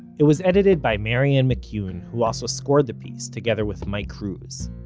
it was edited by marianne mccune, who also scored the piece together with mike cruz.